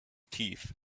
teeth